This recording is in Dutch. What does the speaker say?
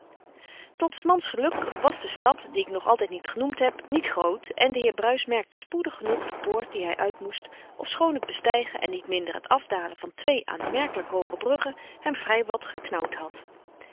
tot s mans geluk was de stad die ik nog altijd niet genoemd heb niet groot en de heer bruis merkte spoedig genoeg de poort die hij uitmoest ofschoon het bestijgen en niet minder het afdalen van twee aanmerkelijk hooge bruggen hem vrij wat geknauwd had